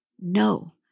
No